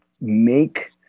make